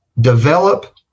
develop